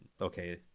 okay